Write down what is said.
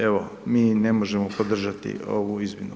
Evo, mi ne možemo podržati ovu izmjenu.